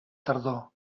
tardor